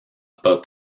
about